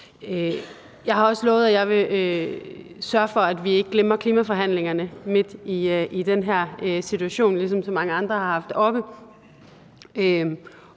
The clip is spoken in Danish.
vil sørge for, at vi ikke glemmer klimaforhandlingerne midt i den her situation, ligesom så mange andre har haft det